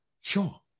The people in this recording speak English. sure